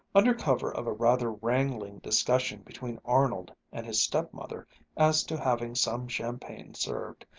under cover of a rather wrangling discussion between arnold and his stepmother as to having some champagne served,